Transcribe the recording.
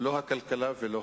אז אני אתייחס לתשתיות.